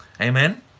amen